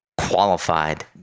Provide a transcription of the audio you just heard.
qualified